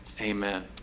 Amen